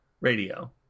radio